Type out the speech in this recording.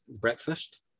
breakfast